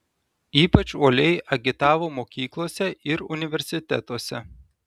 ypač uoliai agitavo mokyklose ir universitetuose